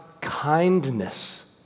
kindness